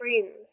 friends